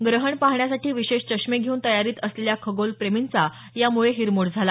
ग्रहण पाहण्यासाठी विशेष चष्मे घेऊन तयारीत असलेल्या खगोलप्रेमींचा यामुळे हिरमोड झाला